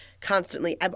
Constantly